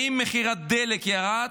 האם מחיר הדלק ירד?